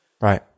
Right